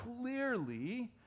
clearly